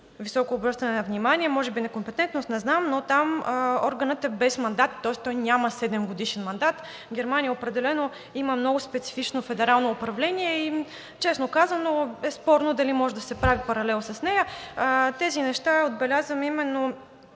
обръщане на внимание, може би некомпетентност – не знам, но там органът е без мандат, тоест той няма седемгодишен мандат. Германия определено има много специфично федерално управление и честно казано, е спорно дали може да се прави паралел с нея. Тези неща отбелязвам именно